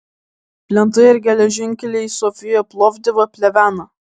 plentai ir geležinkeliai į sofiją plovdivą pleveną